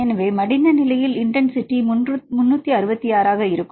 எனவே மடிந்த நிலையில் இன்டென்சிட்டி 366 ஆகும்